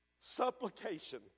supplication